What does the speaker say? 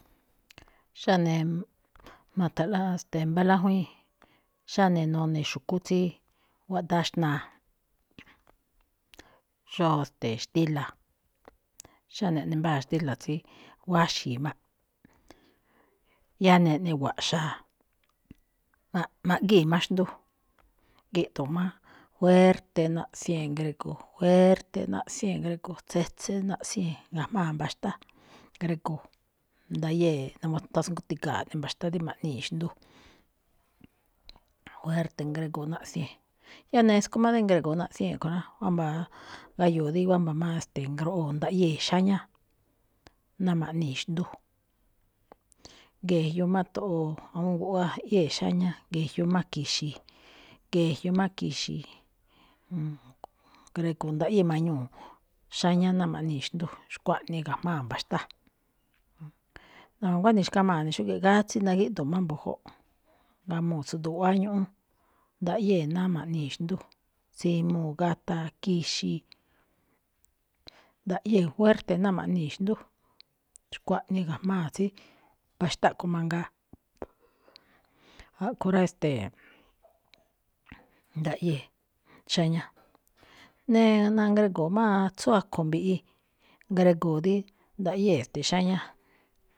Xáne, ma̱tha̱nꞌla, ste̱e̱, mbá lájwíin, xáne none̱ xu̱kú tsíí guáꞌdáá xnaa, xóo ste̱e̱ xtíla̱, xáne ꞌne mbáa xtíla̱ tsí wáxi̱i̱ máꞌ, yáá neꞌne wa̱ꞌxaa, maꞌgíi̱ má xndú, gíꞌdu̱u̱n má juérte̱ naꞌsiee̱n ngrego̱o̱, juérte̱ naꞌsiee̱n ngrego̱o̱, tsetse rí naꞌsiee̱n ga̱jmáa̱ mba̱xtá ngrego̱o̱, ndayée̱ nawatasngotiga̱a̱ ꞌne mba̱xtá dí ma̱ꞌnii̱ xndú. Juérte̱ ngrego̱o̱ naꞌsiee̱n. Yáá neskoo má rí ngrego̱o̱ naꞌsiee̱n ꞌkho̱ rá, ámba̱ gáyo̱o̱ dí wámba̱ má, ste̱e̱, ngroꞌoo̱ ndaꞌyée̱ xáñá ná ma̱ꞌnii̱ xndú. Ge̱jyoꞌ má to̱ꞌo̱o̱ awúun guꞌwáá áꞌyée̱ xáñá, ge̱jyoꞌ má ki̱xi̱i̱, ge̱jyoꞌ má ki̱xi̱i̱, ngrego̱o̱ ndaꞌyée̱ mañuu̱ xáñá ná ma̱ꞌnii̱ xndú. Xkuaꞌnii ga̱jmáa̱ mba̱xtá. Na̱nguá nixkamaa̱ ne̱ xúge̱ꞌ, gátsíí nagíꞌdu̱u̱n má mbu̱júꞌ, ngamuu̱ tsu̱du̱u̱ guꞌwáá ñúꞌún, ndaꞌyée̱ náá ma̱ꞌnii̱ xndú, tsimuu̱, gataa̱, ki̱xi̱i̱. Ndaꞌyée̱ juérte̱ náa ma̱ꞌnii̱ xndú, xkuaꞌnii ga̱jmáa̱ tsí mba̱xtá ꞌkho̱ mangaa. A̱ꞌkho̱ rá, e̱ste̱e̱, ndaꞌyée̱ xáñá. Nee- nangrigo̱o̱ꞌ má atsú akho̱ mbiꞌi, ngrego̱o̱ dí ndaꞌyée̱ xáñá.